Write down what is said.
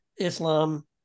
Islam